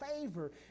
favor